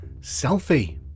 Selfie